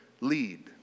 lead